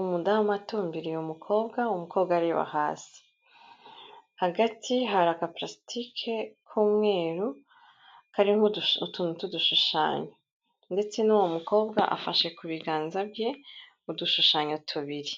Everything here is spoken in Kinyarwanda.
umudamu atumbiriye umukobwa, umukobwa areba hasi. Hagati hari agapulasitike k'umweru kariho utuntu tw'udushushanyo. Ndetse n'uwo mukobwa afashe ku biganza bye udushushanyo tubiri.